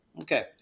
Okay